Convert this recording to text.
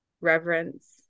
reverence